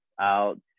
out